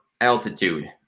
Altitude